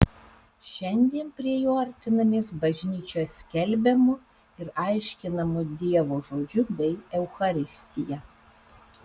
šiandien prie jo artinamės bažnyčioje skelbiamu ir aiškinamu dievo žodžiu bei eucharistija